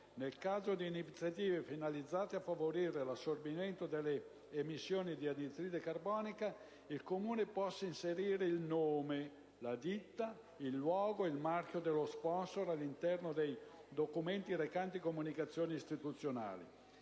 nel caso di iniziative finalizzate a favorire l'assorbimento delle emissioni di anidride carbonica, il Comune possa inserire il nome, la ditta, il logo o il marchio dello sponsor all'interno dei documenti recanti comunicazioni istituzionali.